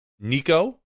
Nico